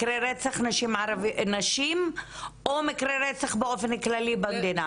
מקרי רצח נשים או מקרי רצח באופן כללי במדינה?